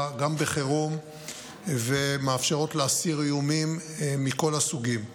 וגם בחירום ומאפשרות להסיר איומים מכל הסוגים.